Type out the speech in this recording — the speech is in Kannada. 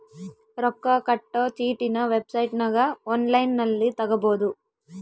ರೊಕ್ಕ ಕಟ್ಟೊ ಚೀಟಿನ ವೆಬ್ಸೈಟನಗ ಒನ್ಲೈನ್ನಲ್ಲಿ ತಗಬೊದು